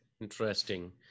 interesting